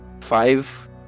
five